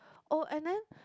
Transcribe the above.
oh and then